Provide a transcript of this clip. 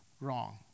Wrong